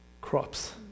crops